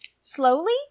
Slowly